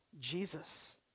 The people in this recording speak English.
Jesus